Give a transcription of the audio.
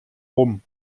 rum